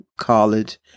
college